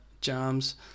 jams